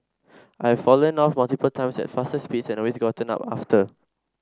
I've fallen off multiple times at faster speeds and always gotten up after